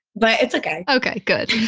but it's okay okay. good.